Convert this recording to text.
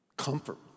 comfort